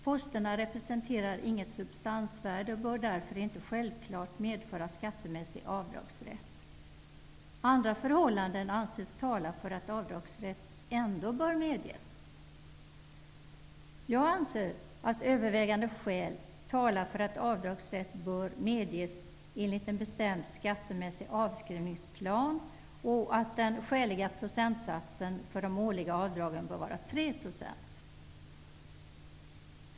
Posterna representerar inget substansvärde och bör därför inte självklart medföra skattemässig avdragsrätt. Andra förhållanden anses tala för att avdragsrätt ändå bör medges.'' Jag anser att övervägande skäl talar för att avdragsrätt bör medges enligt en bestämd skattemässig avskrivningsplan och att den skäliga procentsatsen för de årliga avdragen bör vara 3 %.